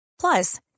Plus